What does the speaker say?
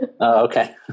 okay